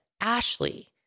Ashley